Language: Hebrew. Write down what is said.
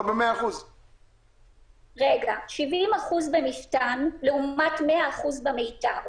100%. 70% ב"מפתן" לעומת 100% ב"מיתר".